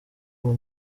uwo